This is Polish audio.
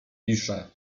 pisze